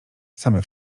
same